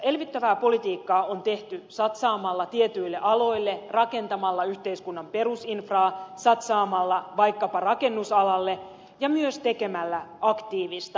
elvyttävää politiikkaa on tehty satsaamalla tietyille aloille rakentamalla yhteiskunnan perusinfraa satsaamalla vaikkapa rakennusalalle ja myös tekemällä aktiivista työvoimapolitiikkaa